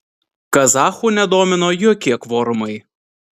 kazachų nedomino jokie kvorumai